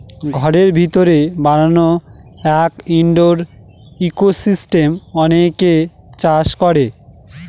ঘরের ভিতরে বানানো এক ইনডোর ইকোসিস্টেম অনেকে চাষ করে